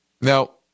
Now